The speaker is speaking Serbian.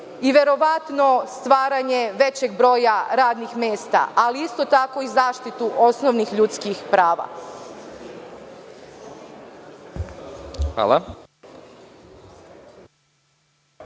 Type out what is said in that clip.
i verovatno stvaranje većeg broja radnih mesta, ali isto tako i zaštitu osnovnih ljudskih prava.